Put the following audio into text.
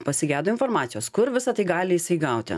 pasigedo informacijos kur visa tai gali jisai gauti